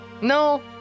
No